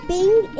Ping